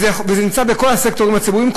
זה נמצא בכל הסקטורים הציבוריים,